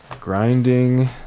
grinding